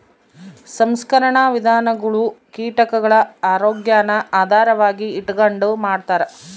ಸಂಸ್ಕರಣಾ ವಿಧಾನಗುಳು ಕೀಟಗುಳ ಆರೋಗ್ಯಾನ ಆಧಾರವಾಗಿ ಇಟಗಂಡು ಮಾಡ್ತಾರ